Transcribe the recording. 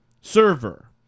server